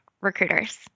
recruiters